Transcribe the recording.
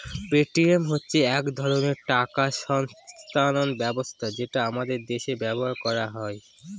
Paytm হচ্ছে এক ধরনের টাকা স্থানান্তর ব্যবস্থা যেটা আমাদের দেশে ব্যবহার করা হয়